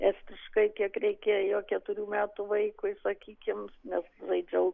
estiškai kiek reikėjo keturių metų vaikui sakykim nes žaidžiau